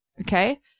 okay